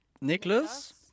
Nicholas